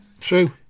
true